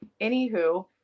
Anywho